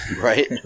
Right